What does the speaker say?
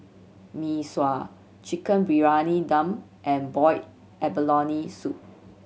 Mee Sua Chicken Briyani Dum and boiled abalone soup